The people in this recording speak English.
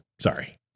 Sorry